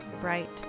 bright